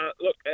look